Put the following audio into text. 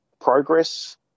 progress